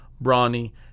brawny